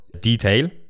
detail